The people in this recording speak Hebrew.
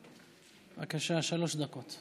בבקשה, שלוש דקות.